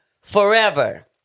Forever